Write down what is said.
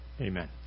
Amen